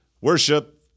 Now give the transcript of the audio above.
Worship